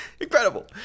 Incredible